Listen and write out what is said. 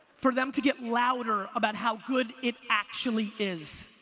for them to get louder, about how good it actually is.